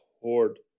hoard